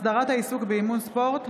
(הסדרת העיסוק באימון ספורט),